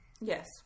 Yes